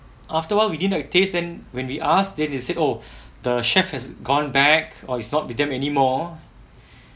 after awhile we did the taste then when we asked then they said oh the chef has gone back or it's not with them anymore